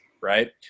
Right